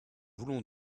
voulions